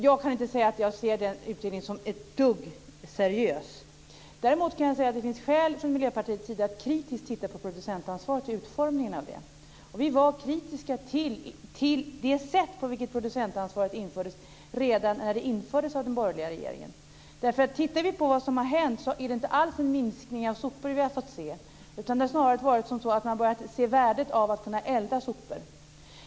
Jag kan inte säga att jag ser den utredningen som det minsta seriös. Däremot finns det skäl för Miljöpartiet att kritiskt titta på utformningen av producentansvaret. Vi var kritiska redan till det sätt på vilket producentansvaret infördes av den borgerliga regeringen. Det har sedan dess inte alls skett någon minskning av sopmängden, utan man har snarare börjat se ett värde i att kunna elda upp sopor.